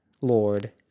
Lord